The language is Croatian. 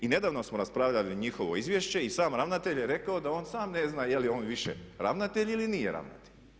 I nedavno smo raspravljali njihovo izvješće i sam ravnatelj je rekao da on sam ne zna je li on više ravnatelj ili nije ravnatelj.